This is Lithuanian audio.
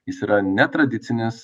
jis yra netradicinis